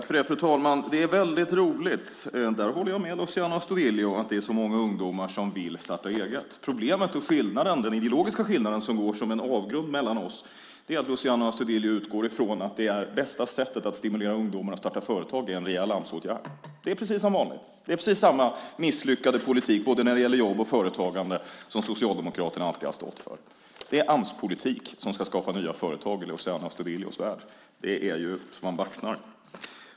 Fru talman! Det är väldigt roligt - där håller jag med Luciano Astudillo - att så många ungdomar vill starta eget. Problemet, och den ideologiska skillnaden som går som en avgrund mellan oss, är att Luciano Astudillo utgår från att bästa sättet att stimulera ungdomar att starta företag är en rejäl Amsåtgärd. Det är precis som vanligt. Det är fråga om samma misslyckade politik för jobb och företagande som Socialdemokraterna alltid stått för. Det är Amspolitik som ska skapa nya företag i Luciano Astudillos värld. Det är så man baxnar!